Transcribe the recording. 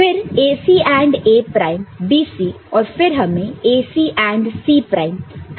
फिर AC AND A prime BC और फिर हमें AC AND C प्राइम करना है